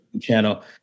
channel